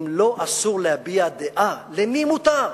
אם לו אסור להביע דעה, למי מותר?